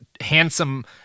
handsome